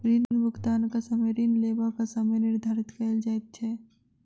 ऋण भुगतानक समय ऋण लेबाक समय निर्धारित कयल जाइत छै